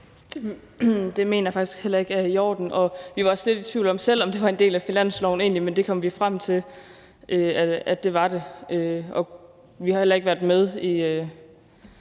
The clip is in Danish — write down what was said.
Det mener jeg faktisk heller ikke er i orden, og vi var også selv lidt i tvivl om, om det egentlig var en del af finansloven, men det kom vi frem til at det var, og vi har jo heller ikke været med i